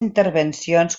intervencions